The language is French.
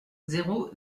zéro